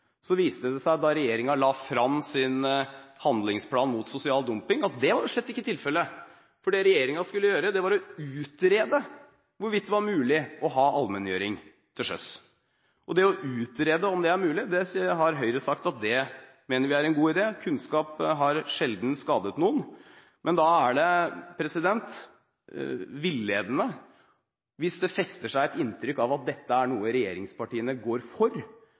Så viste det seg da regjeringen la frem sin handlingsplan mot sosial dumping, at det slett ikke var tilfellet. Det regjeringen skulle gjøre, var å utrede hvorvidt det var mulig å ha allmenngjøring til sjøs. Å utrede om det er mulig, har Høyre sagt er en god idé. Kunnskap har sjelden skadet noen. Men da er det villedende hvis det fester seg et inntrykk av at dette er noe regjeringspartiene går for,